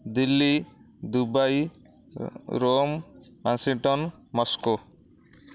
Delhi Dubai Rome Washington Moscow